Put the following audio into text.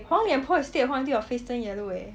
黄脸婆 is you stay at home until your face turned yellow eh